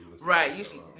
Right